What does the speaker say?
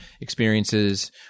experiences